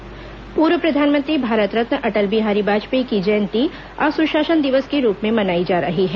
सुशासन दिवस पूर्व प्रधानमंत्री भारत रत्न अटल बिहारी वाजपेयी की जयंती आज सुशासन दिवस के रूप में मनाई जा रही है